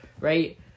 Right